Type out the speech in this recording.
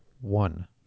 one